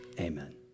amen